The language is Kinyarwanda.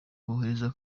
berekeza